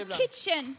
kitchen